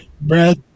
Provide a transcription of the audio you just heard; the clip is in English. Breath